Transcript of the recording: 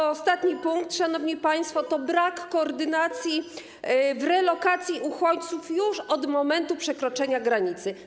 I ostatni punkt, szanowni państwo, to brak koordynacji w relokacji uchodźców już od momentu przekroczenia granicy.